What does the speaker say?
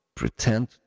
pretend